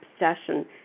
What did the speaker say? obsession